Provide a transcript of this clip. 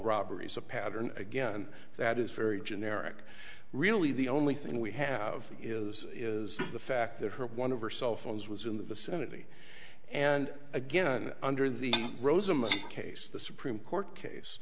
robberies a pattern again that is very generic really the only thing we have is is the fact that one of her cell phones was in the vicinity and again under the rosamond case the supreme court case